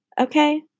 okay